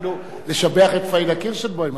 רצינו לשבח את פניה קירשנבאום.